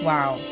Wow